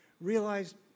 realized